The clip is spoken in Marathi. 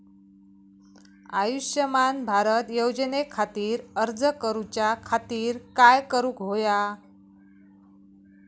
आयुष्यमान भारत योजने खातिर अर्ज करूच्या खातिर काय करुक होया?